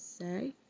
say